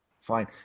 fine